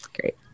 Great